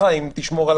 שנצביע על